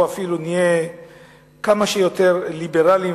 או אפילו נהיה כמה שיותר ליברלים,